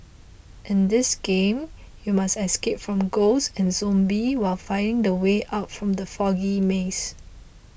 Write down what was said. in this game you must escape from ghosts and zombies while finding the way out from the foggy maze